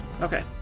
Okay